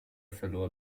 verlor